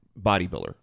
bodybuilder